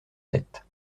sept